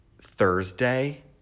Thursday